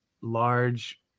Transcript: large